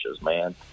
man